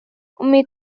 أمي